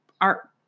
Art